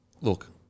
Look